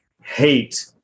hate